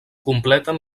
completen